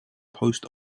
post